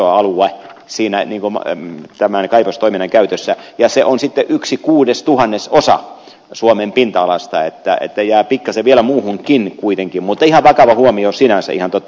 pulliainen olitte oikeassa todella iso alue tämän kaivostoiminnan käytössä ja se on sitten yksi kuudestuhannesosa suomen pinta alasta joten jää pikkasen vielä muuhunkin kuitenkin mutta ihan vakava huomio sinänsä ihan totta